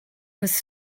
was